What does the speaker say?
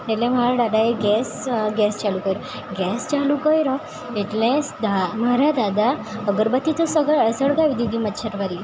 એટલે મારા દાદાએ ગેસ ગેસ ચાલુ કર્યો ગેસ ચાલુ કર્યો એટલે મારા દાદા અગરબત્તી તો સળગાવી દીધી મચ્છરવાળી